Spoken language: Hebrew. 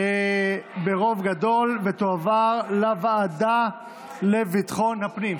ברוב גדול ותועבר לוועדה לביטחון הפנים.